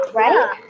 right